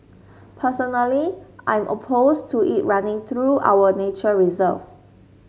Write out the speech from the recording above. personally I'm opposed to it running through our nature reserve